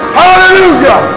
hallelujah